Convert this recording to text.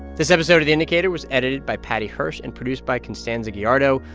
this episode of the indicator was edited by paddy hirsch and produced by constanza gallardo.